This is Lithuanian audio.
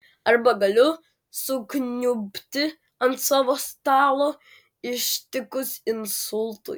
arba galiu sukniubti ant savo stalo ištikus insultui